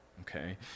okay